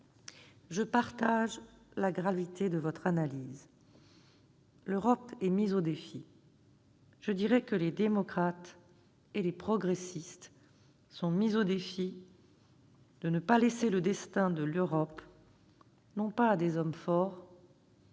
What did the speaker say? Je partage la gravité de votre analyse. L'Europe est mise au défi. Je dirais que les démocrates et les progressistes sont mis au défi de ne pas laisser le destin de l'Europe non pas à des hommes forts,